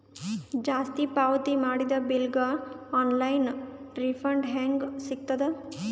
ಜಾಸ್ತಿ ಪಾವತಿ ಮಾಡಿದ ಬಿಲ್ ಗ ಆನ್ ಲೈನ್ ರಿಫಂಡ ಹೇಂಗ ಸಿಗತದ?